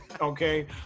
okay